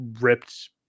ripped